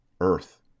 Earth